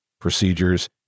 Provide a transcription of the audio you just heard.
procedures